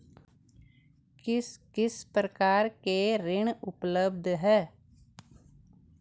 किस किस प्रकार के ऋण उपलब्ध हैं?